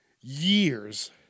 years